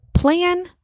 plan